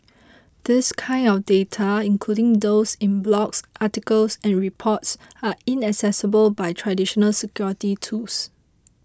this kind of data including those in blogs articles and reports are inaccessible by traditional security tools